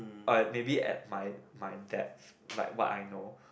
i maybe at my my depth like what I know